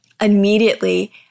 immediately